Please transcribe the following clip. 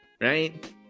right